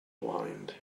blind